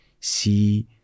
see